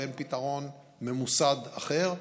ואין פתרון ממוסד אחר,